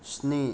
स्नि